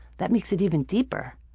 that makes it even deeper.